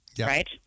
right